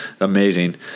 Amazing